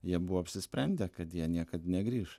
jie buvo apsisprendę kad jie niekad negrįš